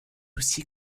aussi